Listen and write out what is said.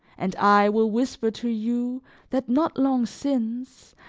and i will whisper to you that not long since,